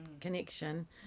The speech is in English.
connection